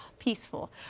peaceful